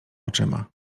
oczyma